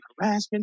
Harassment